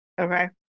Okay